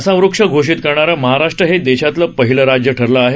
असा वृक्ष घोषित करणारं महाराष्ट्र हे देशातलं पहिलं राज्य ठरलं आहे